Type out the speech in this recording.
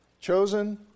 Chosen